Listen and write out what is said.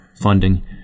funding